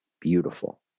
beautiful